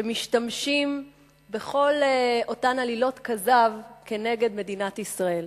שמשתמשים בכל אותן עלילות כזב כנגד מדינת ישראל.